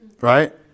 right